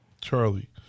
Charlie